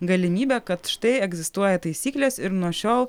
galimybę kad štai egzistuoja taisyklės ir nuo šiol